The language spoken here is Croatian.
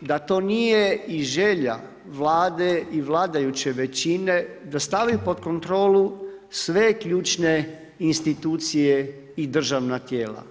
da to nije i želja Vlade i vladajuće većine da stavi pod kontrolu sve ključne institucije i državna tijela.